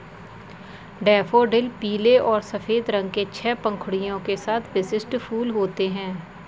daffodil पीले और सफ़ेद रंग के छह पंखुड़ियों के साथ विशिष्ट फूल होते हैं